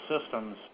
systems